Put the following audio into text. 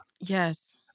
Yes